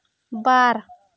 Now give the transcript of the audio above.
ᱵᱟᱨ